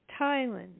Thailand